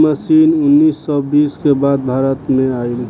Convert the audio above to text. इ मशीन उन्नीस सौ बीस के बाद भारत में आईल